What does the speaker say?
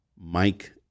Mike